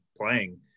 playing